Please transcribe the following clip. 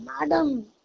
Madam